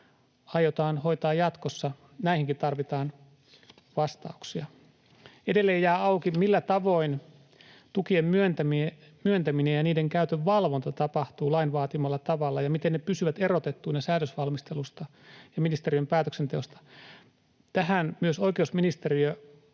aiotaan hoitaa jatkossa? Näihinkin tarvitaan vastauksia. Edelleen jää auki, millä tavoin tukien myöntäminen ja niiden käytön valvonta tapahtuvat lain vaatimalla tavalla ja miten ne pysyvät erotettuina säädösvalmistelusta ja ministeriön päätöksenteosta. Tähän myös oikeusministeriö